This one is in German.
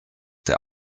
der